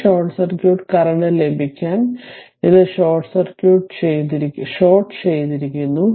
ഈ short circuit current ലഭിക്കാൻ ഇത് ഷോർട്ട് ചെയ്തിരിക്കുന്നു